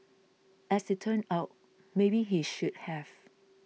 as it turned out maybe he should have